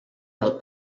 del